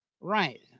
right